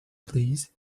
please